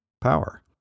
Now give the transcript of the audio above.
power